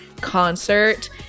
concert